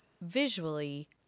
visually